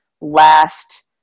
last